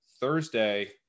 Thursday